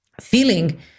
feeling